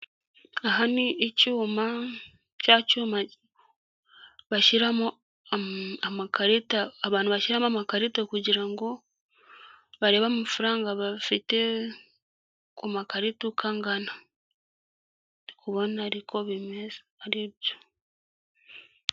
Aha ni icyuma, cya cyuma bashyiramo amakarita, abantu bashyiramo amakarita kugira ngo barebe amafaranga bafite ku makarita uko angana. Ndi kubona ariko bimeze ari byo.